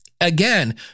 again